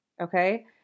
Okay